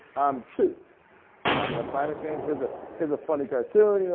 um two, talk about climate change. here's ah here's a funny cartoon. you know